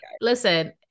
Listen